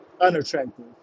unattractive